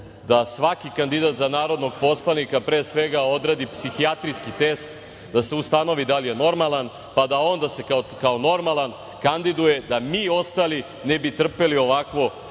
da svaki kandidat za narodnog poslanika pre svega odradi psihijatrijski test, da se ustanovi da li je normalan pa da onda se kao normalan kandiduje da mi ostali ne bi trpeli ovakvo